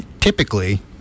typically